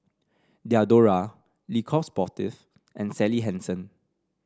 Diadora Le Coq Sportif and Sally Hansen